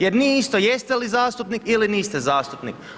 Jer nije isto jest li zastupnik ili niste zastupnik.